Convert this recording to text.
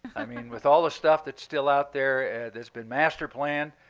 i mean, with all the stuff that's still out there that's been master-planned,